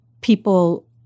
people